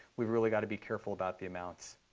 we've really got to be careful about the amounts.